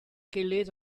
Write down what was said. gilydd